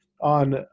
on